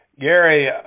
Gary